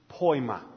poima